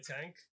tank